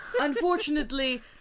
Unfortunately